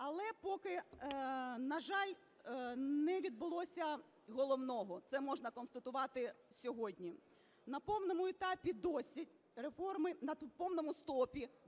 Але поки, на жаль, не відбулося головного, це можна констатувати сьогодні. На повному стопі досі реформи залізничного